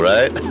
Right